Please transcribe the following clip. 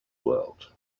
world